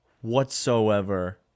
whatsoever